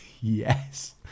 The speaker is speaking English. Yes